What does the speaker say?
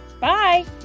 Bye